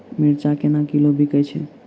मिर्चा केना किलो बिकइ छैय?